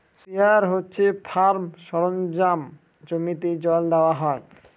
sprayer হচ্ছে farm সরঞ্জাম জমিতে জল দেওয়া হয়